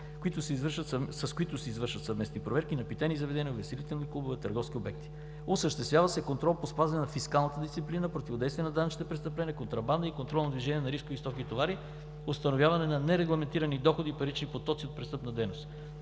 с които се извършват съвместни проверки на питейни заведения, увеселителни клубове, търговски обекти. Осъществява се контрол по спазване на фискалната дисциплина, противодействие на данъчните престъпления, контрабанда и контрол на движение на рискови стоки и товари, установяване на нерегламентирани доходи и парични потоци от престъпна дейност.